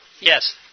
yes